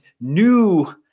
new